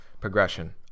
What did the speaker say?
progression